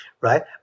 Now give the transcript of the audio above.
right